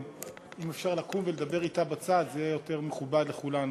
אם אפשר לקום ולדבר אתה בצד זה יהיה יותר מכובד לכולנו.